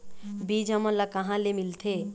बीज हमन ला कहां ले मिलथे?